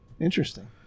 Interesting